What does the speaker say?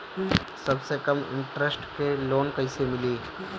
सबसे कम इन्टरेस्ट के लोन कइसे मिली?